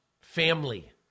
family